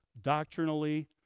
doctrinally